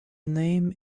name